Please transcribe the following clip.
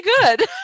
good